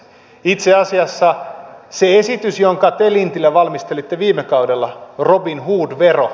itse asiassa se esitys jonka te lintilä valmistelitte viime kaudella robinhoodvero